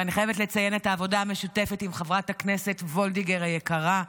ואני חייבת לציין את העבודה המשותפת עם חברת הכנסת וולדיגר היקרה,